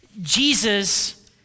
Jesus